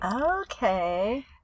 Okay